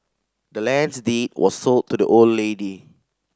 the land's deed was sold to the old lady